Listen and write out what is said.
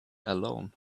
alone